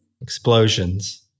Explosions